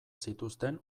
zituzten